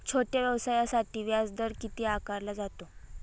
छोट्या व्यवसायासाठी व्याजदर किती आकारला जातो?